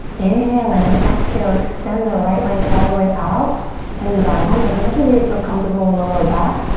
inhale in, exhale, extend the right leg all the way out and down as much as you feel comfortable in the low back.